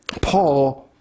Paul